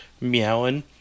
meowing